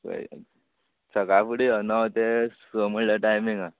पळय सकाळ फुडें यो णव ते स म्हणल्यार टायमींग आसा